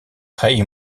rei